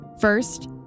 First